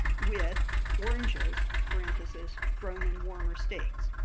with oranges, parentheses, grown in warmer states.